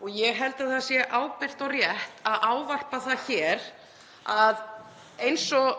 og ég held að það sé ábyrgt og rétt að nefna það hér að eins og